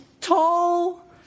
tall